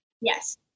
Yes